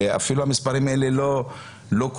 ואפילו את המספרים האלה לא כוללים,